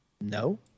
no